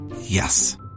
Yes